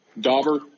Dauber